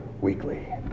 weekly